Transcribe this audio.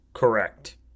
Correct